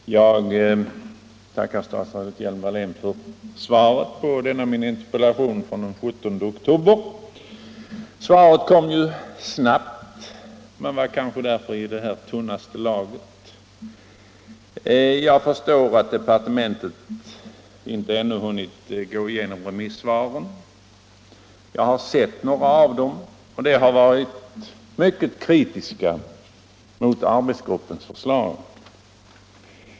Herr talman! Jag tackar statsrådet Hjelm-Wallén för svaret på min interpellation från den 17 oktober. Svaret kom snabbt men var kanske därför i tunnaste laget. Jag förstår att departementet ännu inte har hunnit gå igenom remissvaren. Jag har sett några av dem. De har varit mycket kritiska mot arbetsgruppens förslag.